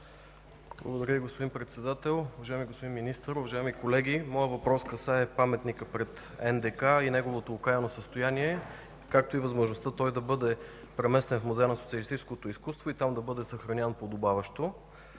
Благодаря Ви, господин Председател. Уважаеми господин Министър, уважаеми колеги! Моят въпрос касае Паметника пред НДК и неговото окаяно състояние, както и възможността той да бъде преместен в Музея на социалистическото изкуство и там да бъде съхраняван подобаващо,